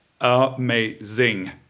amazing